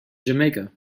jamaica